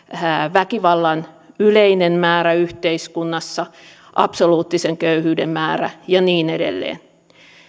väkivallan yleinen määrä yhteiskunnassa absoluuttisen köyhyyden määrä ja niin edelleen